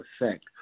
effect